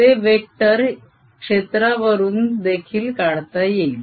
ते वेक्टर क्षेत्रावरून देखील काढता येईल